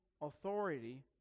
authority